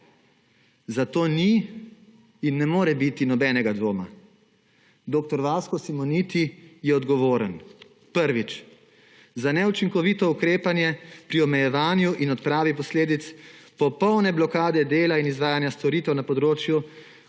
Zato ni in ne more biti nobenega dvoma: dr. Vasko Simoniti je odgovoren. Prvič, za neučinkovito ukrepanje pri omejevanju in odpravi posledic popolne blokade dela in izvajanja storitev na področju